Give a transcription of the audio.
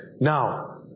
Now